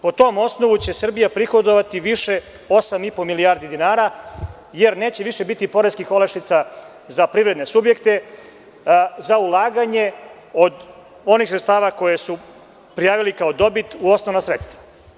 Po tom osnovu će Srbija prihodovati više od 8,5 milijardi dinara, jer neće više biti poreskih olakšica za privredne subjekte, za ulaganje od onih sredstava koje su prijavili kao dobit u osnovna sredstva.